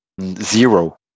Zero